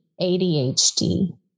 ADHD